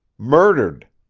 murdered.